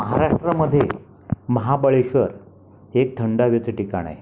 महाराष्ट्रमध्ये महाबळेश्वर हे थंड हवेचे ठिकाण आहे